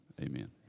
amen